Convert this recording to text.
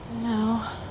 No